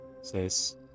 says